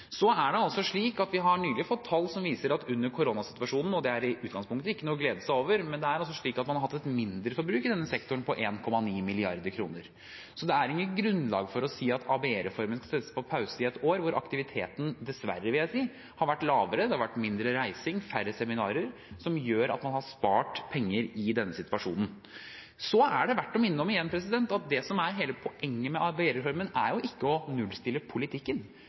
slik at vi nylig har fått tall som viser at under koronasituasjonen – og det er i utgangspunktet ikke noe å glede seg over – har man hatt et mindreforbruk i denne sektoren på 1,9 mrd. kr. Så det er ikke noe grunnlag for å si at ABE-reformen skal settes på pause i et år, når aktiviteten – dessverre, vil jeg si – har vært lavere. Det har vært mindre reising og færre seminarer, som gjør at man har spart penger i denne situasjonen. Så er det igjen verd å minne om at poenget med ABE-reformen er jo ikke å nullstille politikken.